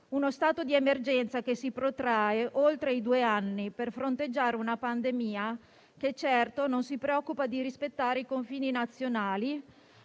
uno stato di emergenza che si protrae oltre i due anni per fronteggiare una pandemia che certo non si preoccupa di rispettare i confini nazionali